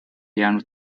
jäänud